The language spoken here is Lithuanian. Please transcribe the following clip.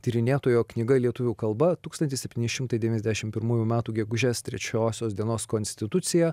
tyrinėtojo knyga lietuvių kalba tūkstantis septyni šimtai devyniasdešimt pirmųjų metų gegužės trečiosios dienos konstitucija